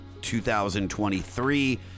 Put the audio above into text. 2023